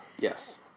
Yes